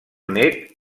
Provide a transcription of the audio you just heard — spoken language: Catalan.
nét